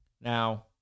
Now